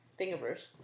Thingiverse